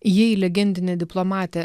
jei legendinė diplomatė